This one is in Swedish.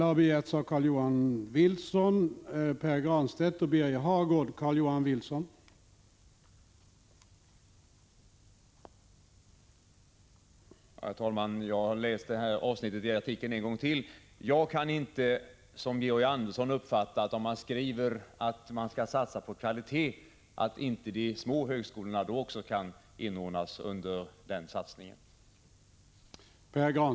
Herr talman! Jag har läst det här avsnittet i artikeln en gång till, och jag drar inte samma slutsats som Georg Andersson. Om man skriver att man skall satsa på kvalitet kan jag inte förstå att inte också de små högskolorna skulle kunna inordnas under den satsningen.